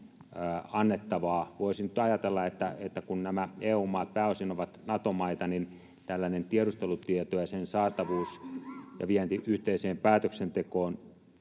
Voisi nyt ajatella, että kun nämä EU-maat pääosin ovat Nato-maita, niin tällainen tiedustelutieto ja sen saatavuus ja vienti yhteiseen päätöksentekoon